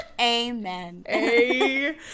Amen